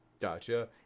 Gotcha